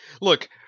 Look